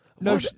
no